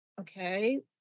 okay